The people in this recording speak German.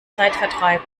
zeitvertreib